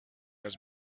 has